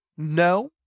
No